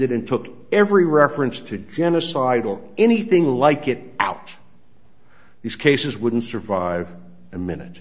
d and took every reference to genocide or anything like it out of these cases wouldn't survive a minute